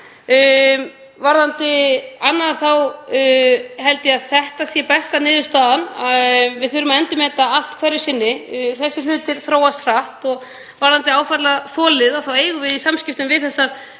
Varðandi annað þá held ég að þetta sé besta niðurstaðan. Við þurfum að endurmeta allt hverju sinni. Þessir hlutir þróast hratt og varðandi áfallaþolið þá eigum við í samskiptum við þessi